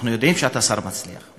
אנחנו יודעים שאתה שר מצליח,